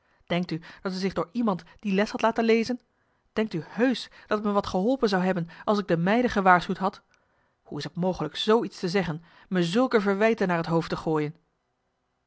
denkt u dat zij zich door iemand de les had laten lezen denkt u heusch dat het me wat geholpen zou hebben als ik de meiden gewaarschuwd had hoe is t mogelijk zoo iets te zeggen me zulke verwijten naar het hoofd te gooien